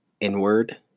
inward